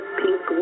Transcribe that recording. pink